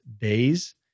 days